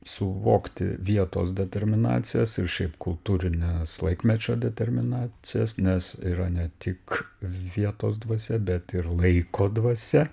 suvokti vietos determinacijas ir šiaip kultūrines laikmečio determinacijas nes yra ne tik vietos dvasia bet ir laiko dvasia